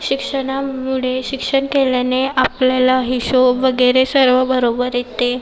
शिक्षणामुळे शिक्षण केल्याने आपल्याला हिशोब वगैरे सर्व बरोबर येते